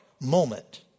moment